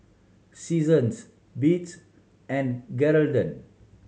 Seasons Beats and Geraldton